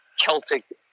Celtic